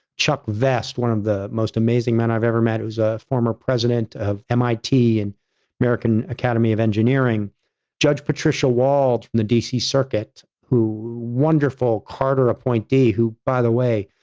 chuck vest, one of the most amazing men i've ever met. it was a former president of mit and american academy of engineering judge patricia wald the dc circuit, who wonderful carter appointee who, by the way,